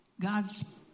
God's